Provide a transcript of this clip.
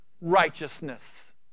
righteousness